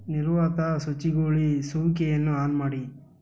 ನಿರ್ವಾತ ಶುಚಿಗೊಳಿಸುವಿಕೆಯನ್ನು ಆನ್ ಮಾಡಿ